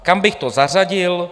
Kam bych to zařadil?